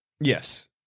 Yes